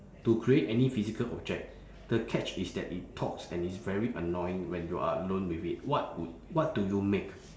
to create any physical object the catch is that it talks and it's very annoying when you are alone with it what would what do you make